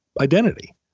identity